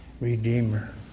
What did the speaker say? Redeemer